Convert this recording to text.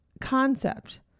concept